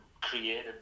create